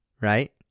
right